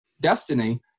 destiny